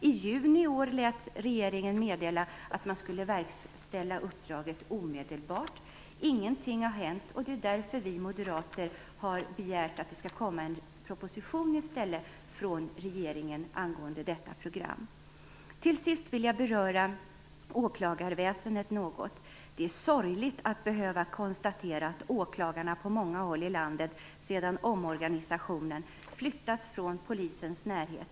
I juni i år lät regeringen meddela att man skulle verkställa uppdraget omedelbart. Ingenting har hänt. Det är därför vi moderater har begärt att det i stället skall komma en proposition från regeringen angående detta program. Till sist vill jag ta upp åklagarväsendet. Det är sorgligt att behöva konstatera att åklagarna på många håll i landet sedan omorganisationen flyttats från Polisens närhet.